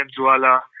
Zuala